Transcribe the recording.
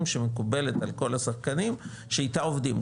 שמקובלת על כל השחקנים שאיתה עובדים?